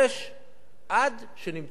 עד שנמצא לו דירה.